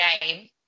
game